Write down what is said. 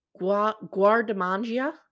Guardamangia